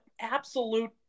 absolute